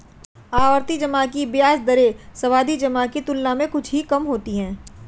आवर्ती जमा की ब्याज दरें सावधि जमा की तुलना में कुछ ही कम होती हैं